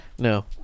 No